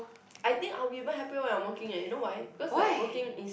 I think I will be even happy when I working eh you know why because like working is